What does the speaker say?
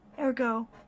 Ergo